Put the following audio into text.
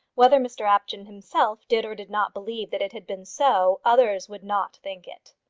whether mr apjohn himself did or did not believe that it had been so, others would not think it.